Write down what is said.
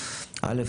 א',